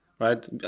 right